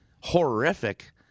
horrific